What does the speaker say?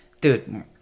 Dude